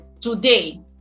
today